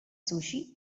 sushi